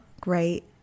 great